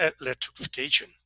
electrification